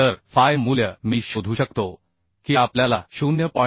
तर फाय मूल्य मी शोधू शकतो की आपल्याला 0